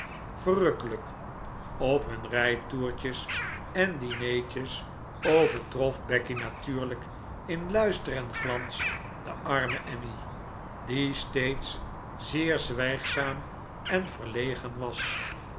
verrukkelijk op hun rijtoertjes en dineetjes overtrof becky natuurlijk in luister en glans de arme emmy die steeds zeer zwijgzaam en verlegen was